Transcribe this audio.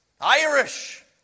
Irish